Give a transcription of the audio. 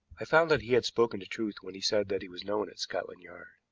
i found that he had spoken the truth when he said that he was known at scotland yard.